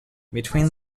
between